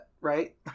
right